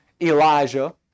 Elijah